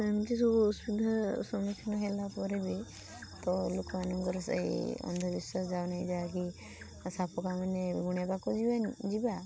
ଏମିତି ସବୁ ଅସୁବିଧା ସମ୍ମୁଖିନ ହେଲା ପରେ ବି ତ ଲୋକମାନଙ୍କର ସେହି ଅନ୍ଧ ବିଶ୍ୱାସ ଜଣେ ଯାହାକି ସାପ କାମୁଡ଼ିଲେ ଗୁଣିଆ ପାଖକୁ ଯିବେନି ଯିବା